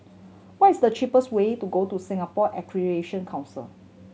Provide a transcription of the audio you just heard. what is the cheapest way to go to Singapore Accreditation Council